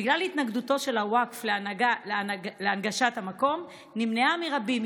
בגלל התנגדותו של הווקף להנגשת המקום נמנעה מרבים,